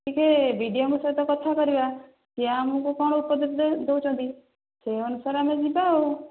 ଟିକିଏ ବିଡ଼ିଓଙ୍କ ସହିତ କଥା କରିବା ସେ ଆମକୁ କ'ଣ ଉପଦେଶ ଦେଉଛନ୍ତି ସେହି ଅନୁସାରେ ଆମେ ଯିବା ଆଉ